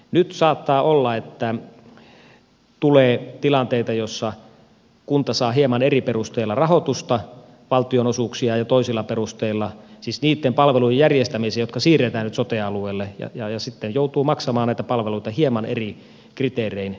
nyt saattaa olla että tulee tilanteita joissa kunta saa hieman eri perusteella rahoitusta valtionosuuksia siis niitten palvelujen järjestämiseen jotka siirretään nyt sote alueelle ja sitten joutuu maksamaan näitä palveluita hieman eri kriteerein